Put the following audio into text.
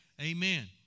Amen